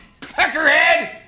peckerhead